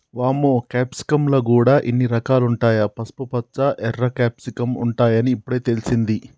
వామ్మో క్యాప్సికమ్ ల గూడా ఇన్ని రకాలుంటాయా, పసుపుపచ్చ, ఎర్ర క్యాప్సికమ్ ఉంటాయని ఇప్పుడే తెలిసింది